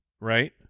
right